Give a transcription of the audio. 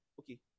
okay